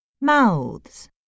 Mouths